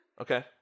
Okay